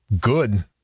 good